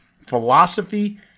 philosophy